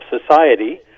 society